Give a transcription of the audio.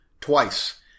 twice